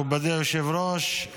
מכובדי היושב-ראש,